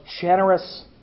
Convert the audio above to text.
generous